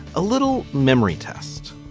a little memory test.